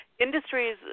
industries